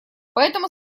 поэтому